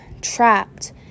trapped